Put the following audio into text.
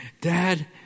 Dad